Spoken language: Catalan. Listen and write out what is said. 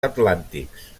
atlàntics